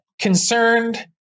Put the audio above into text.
concerned